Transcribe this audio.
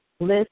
list